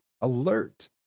alert